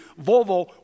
Volvo